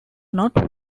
not